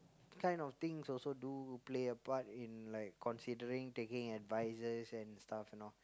kind of things also do play a part in like considering taking advices and stuff and all